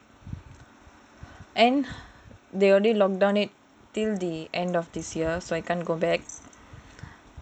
and they only lockdown it till the end of this year so I can't go back